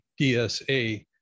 DSA